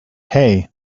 hey